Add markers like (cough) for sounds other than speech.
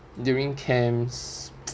during camps (noise)